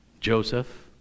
Joseph